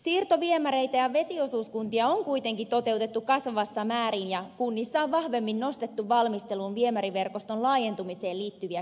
siirtoviemäreitä ja vesiosuuskuntia on kuitenkin toteutettu kasvavassa määrin ja kunnissa on vahvemmin nostettu valmisteluun viemäriverkoston laajentumiseen liittyviä kysymyksiä